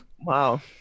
wow